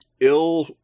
ill